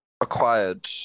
acquired